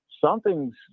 something's